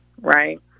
right